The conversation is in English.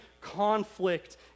conflict